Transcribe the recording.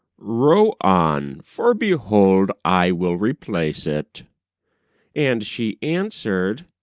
row on, for behold i will replace it and she answered,